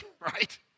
right